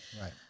Right